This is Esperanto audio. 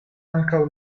ankaŭ